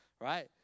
right